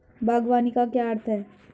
बागवानी का क्या अर्थ है?